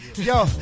Yo